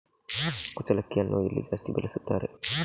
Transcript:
ಕುಚ್ಚಲಕ್ಕಿಯನ್ನು ಎಲ್ಲಿ ಜಾಸ್ತಿ ಬೆಳೆಸುತ್ತಾರೆ?